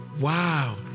Wow